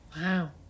Wow